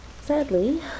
Sadly